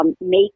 make